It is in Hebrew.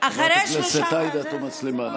חברת הכנסת עאידה תומא סלימאן,